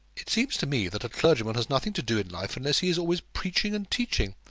it seems to me that a clergyman has nothing to do in life unless he is always preaching and teaching.